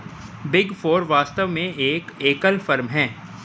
big four वास्तव में एक एकल फर्म है